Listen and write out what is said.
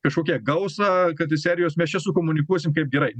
kažkokia gausą kad iš serijos mes čia sukomunikuosim kaip gerai